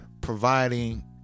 providing